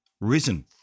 risen